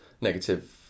negative